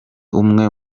umwe